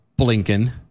Blinken